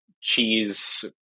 cheese